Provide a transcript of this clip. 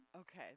Okay